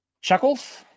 Chuckles